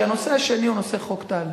כי הנושא השני הוא נושא חוק טל.